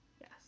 Yes